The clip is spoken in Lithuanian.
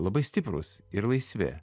labai stiprūs ir laisvi